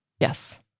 Yes